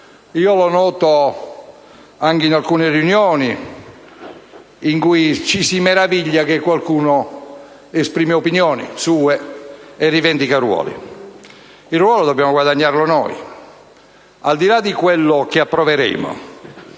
si può notare anche in alcune riunioni, in cui ci si meraviglia se qualcuno esprime opinioni proprie e rivendica un ruolo. Il ruolo dobbiamo guadagnarlo noi: al di là di quello che approveremo